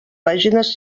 pàgines